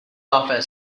office